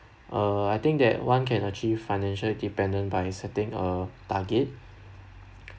uh I think that one can achieve financial independent by setting a target